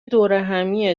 دورهمیه